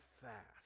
fast